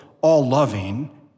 all-loving